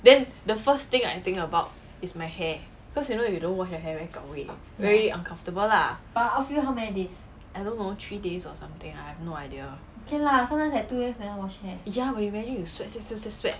then the first thing I think about is my hair cause you know if you don't wash your hair very gao 味 very uncomfortable lah I don't know three days or something ah I have no idea ya but imagine you sweat sweat sweat sweat sweat